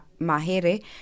Mahere